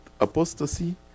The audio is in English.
apostasy